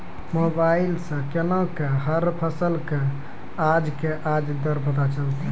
Mobile सऽ केना कऽ हर फसल कऽ आज के आज दर पता चलतै?